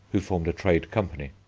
who formed a trade company.